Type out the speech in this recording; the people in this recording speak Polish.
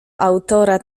autora